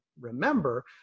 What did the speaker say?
remember